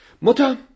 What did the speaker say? Mutter